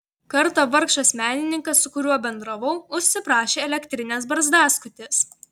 kartą vargšas menininkas su kuriuo bendravau užsiprašė elektrinės barzdaskutės